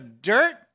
dirt